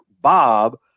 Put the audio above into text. Bob